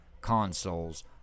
consoles